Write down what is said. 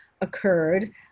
occurred